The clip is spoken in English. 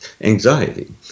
anxiety